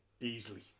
easily